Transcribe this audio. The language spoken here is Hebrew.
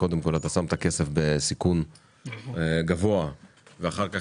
שקודם כול אתה שם את הכסף בסיכון גבוה ואחר כך,